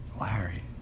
Larry